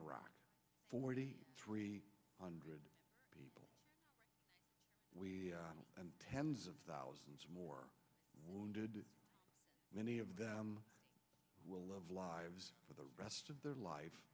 iraq forty three hundred people and tens of thousands more wounded many of them will love lives for the rest of their life